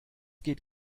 geht